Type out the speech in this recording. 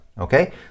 okay